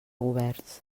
governs